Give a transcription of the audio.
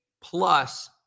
plus